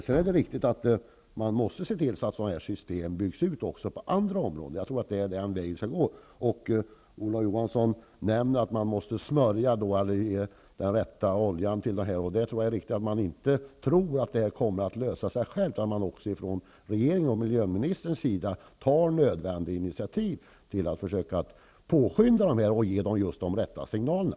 Det är viktigt att vi ser till att system av detta slag byggs ut också på andra områden. Jag tror att det är den väg vi skall gå. Olof Johansson nämner att vi måste smörja systemet och ge det den rätta oljan. Det är viktigt att vi inte tror att detta kommer att lösa sig självt och att regeringen och miljöministern tar nödvändiga initiativ till att försöka påskynda och ge de rätta signalerna.